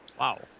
Wow